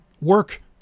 work